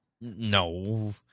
No